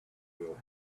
will